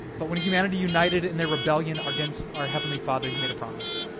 but when humanity united in their rebellion against our heavenly father, he made a promise.